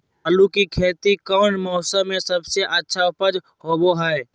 आलू की खेती कौन मौसम में सबसे अच्छा उपज होबो हय?